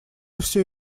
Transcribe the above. все